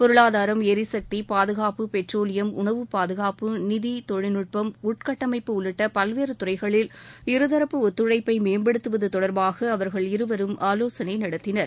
பொருளாதாரம் எரிசக்தி பாதுகாப்பு பெட்ரோலியம் உணவுப்பாதுகாப்பு நிதி தொழில்நட்பம் உள்கட்டமைப்பு உள்ளிட்ட பல்வேறு துறைகளில் இருதரப்பு ஒத்தழைப்பை மேம்படுத்துவது தொடர்பாக அவர்கள் இருவரும் ஆலோசனை நடத்தினர்